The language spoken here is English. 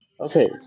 Okay